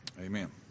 Amen